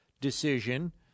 decision